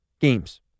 games